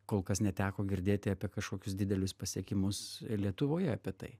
kol kas neteko girdėti apie kažkokius didelius pasiekimus lietuvoje apie tai